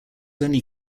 only